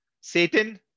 Satan